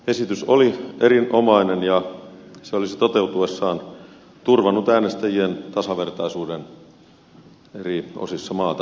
esitys oli erinomainen ja se olisi toteutuessaan turvannut äänestäjien tasavertaisuuden eri osissa maata